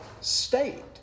state